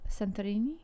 Santorini